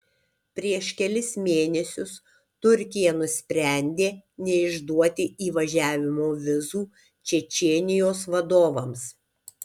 prieš kelis mėnesius turkija nusprendė neišduoti įvažiavimo vizų čečėnijos vadovams